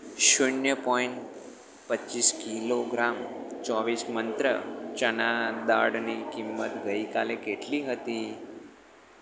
શૂન્ય પોઈન્ટ પચીસ કિલોગ્રામ ચોવીસ મંત્ર ચણા દાળની કિંમત ગઈકાલે કેટલી હતી